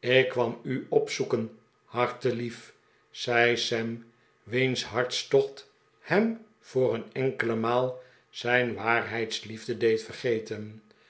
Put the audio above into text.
ik kwam u opzoeken hartelief zei sam wiens harts to cht hem voor een enkele maal zijn waarheidsliefde deed vergeten